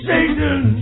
Satan